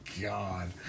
God